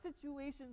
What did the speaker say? situations